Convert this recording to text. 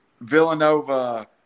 Villanova